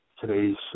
today's